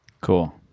Cool